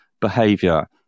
behavior